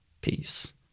Peace